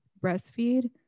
breastfeed